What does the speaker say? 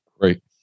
Great